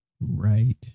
Right